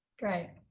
great.